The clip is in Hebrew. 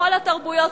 בכל התרבויות,